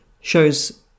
shows